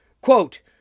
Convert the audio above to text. Quote